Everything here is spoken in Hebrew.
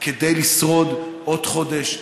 כדי לשרוד עוד חודש,